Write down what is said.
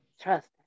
Trust